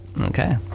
Okay